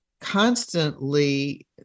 constantly